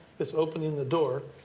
this opening the door.